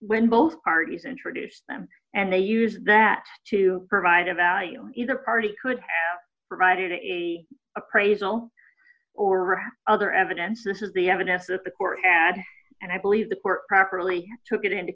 when both parties introduced them and they use that to provide a value either party could have provided a appraisal or other evidence this is the evidence that the court had and i believe the court properly took it into